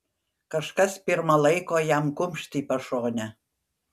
kažkas pirma laiko jam kumšt į pašonę